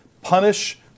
punish